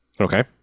Okay